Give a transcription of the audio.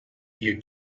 you